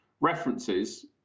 references